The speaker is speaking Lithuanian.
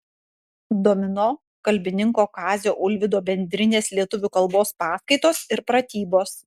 domino kalbininko kazio ulvydo bendrinės lietuvių kalbos paskaitos ir pratybos